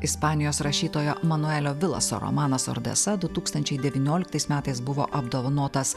ispanijos rašytojo manuelio biloso romanas ordesa du tūkstančiai devynioliktais metais buvo apdovanotas